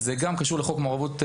זה גם קשור לחוק מעורבות חברתית.